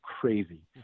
crazy